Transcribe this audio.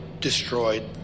destroyed